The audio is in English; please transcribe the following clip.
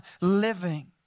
living